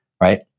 right